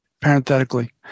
parenthetically